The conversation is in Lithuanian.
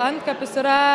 antkapius yra